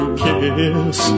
kiss